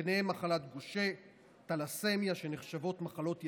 בהן מחלת גושה ותלסמיה, שנחשבות "מחלות יתום".